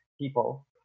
people